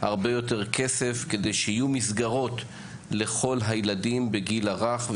הרבה יותר כסף כדי שיהיו מסגרות לכל הילדים בגיל הרך,